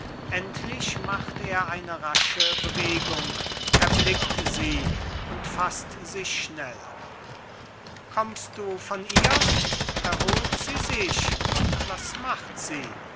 endlich macht er eine rasche bewegung erblickt sie und faßt sich schnell kommst du von ihr erholt sie sich was macht sie